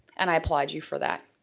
and i applaud you for that.